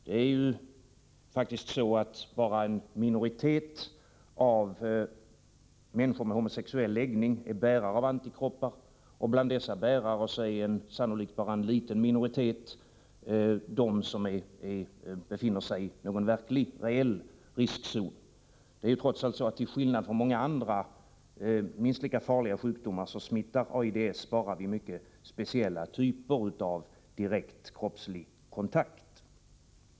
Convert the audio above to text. Det är faktiskt bara en ytterst liten grupp av människor med homosexuell läggning som är bärare av antikroppar, och bland dessa befinner sig sannolikt bara en liten minoritet i en reell riskzon. Till skillnad från många andra, minst lika farliga sjukdomar smittar AIDS trots allt bara vid mycket speciella typer av direkt kroppslig kontakt.